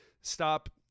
stop